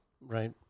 Right